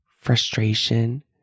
frustration